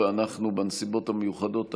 אנחנו בנסיבות המיוחדות האלה.